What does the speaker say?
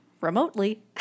remotely